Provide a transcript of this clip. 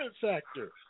factor